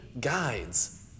guides